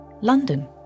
London